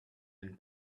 and